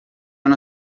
una